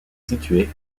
située